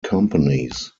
companies